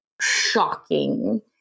shocking